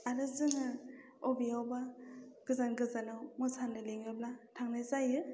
आरो जोङो अबेयावबा गोजान गोजानाव मोसानो लेङोब्ला थांनाय जायो